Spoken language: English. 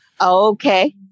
okay